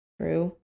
True